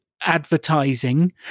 advertising